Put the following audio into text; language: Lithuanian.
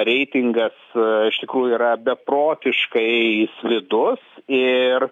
reitingas iš tikrųjų yra beprotiškai slidus ir